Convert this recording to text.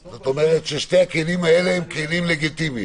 זאת אומרת, שני הכלים האלה הם כלים לגיטימיים.